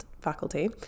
faculty